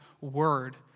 word